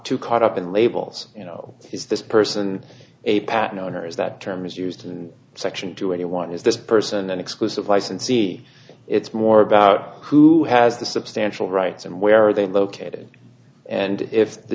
too caught up in labels you know is this person a pattern owners that term is used in section two eighty one is this person an exclusive licensee it's more about who has the substantial rights and where are they located and if the